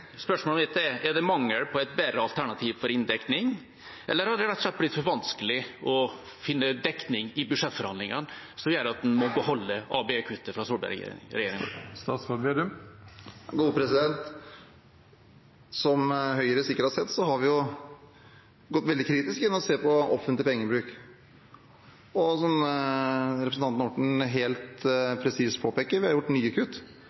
Spørsmålet mitt er: Er det mangel på et bedre alternativ for inndekning, eller har det rett og slett blitt for vanskelig å finne dekning i budsjettforhandlingene, som gjør at en må beholde ABE-kuttet fra Solberg-regjeringa? Som Høyre sikkert har sett, har vi gått veldig kritisk inn og sett på offentlig pengebruk, og, som representanten Orten helt presist påpeker, vi har gjort nye kutt,